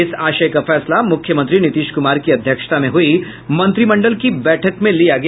इस आशय का फैसला मुख्यमंत्री नीतीश कुमार की अध्यक्षता में हुई मंत्रिमंडल की बैठक में लिया गया